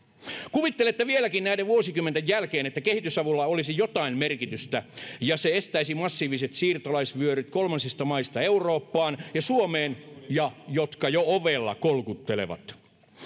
kuvittelette vieläkin näiden vuosikymmenten jälkeen että kehitysavulla olisi jotain merkitystä ja se estäisi ne massiiviset siirtolaisvyöryt kolmansista maista eurooppaan ja suomeen jotka jo ovella kolkuttelevat